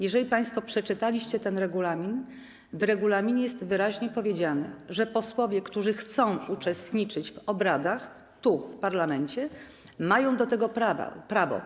Jeżeli państwo przeczytaliście ten regulamin - w regulaminie jest wyraźnie powiedziane, że posłowie, którzy chcą uczestniczyć w obradach tu, w parlamencie, mają do tego prawo.